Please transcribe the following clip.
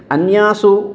अन्यासु